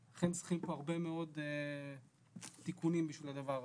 ולכן צריכים פה הרבה מאוד תיקונים בשביל הדבר הזה.